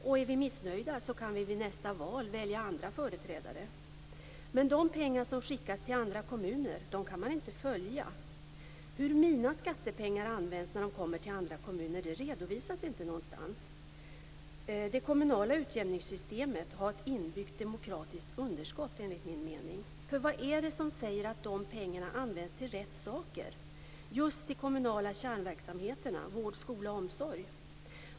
Om vi är missnöjda kan vi vid nästa val välja andra företrädare. Men de pengar som skickas till andra kommuner kan man inte följa. Hur mina skattepengar används när de kommer till andra kommuner redovisas inte någonstans. Det kommunala utjämningssystemet har ett inbyggt demokratiskt underskott, enligt min mening. Vad är det som säger att pengarna används till rätt saker, till just de kommunala kärnverksamheterna vård, skola och omsorg?